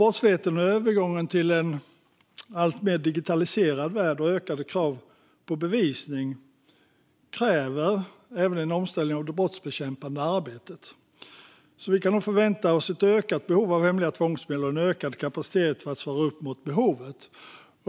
Brottsligheten och övergången till en alltmer digitaliserad värld och ökade krav på bevisning kräver även en omställning av det brottsbekämpande arbetet. Vi kan nog därför förvänta oss ett ökat behov av hemliga tvångsmedel och en ökad kapacitet för att svara upp mot behovet.